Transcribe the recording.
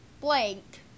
blank